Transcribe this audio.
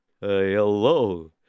Hello